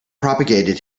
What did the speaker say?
propagated